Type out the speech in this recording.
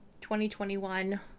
2021